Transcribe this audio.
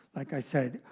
like i said,